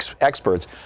experts